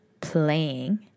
playing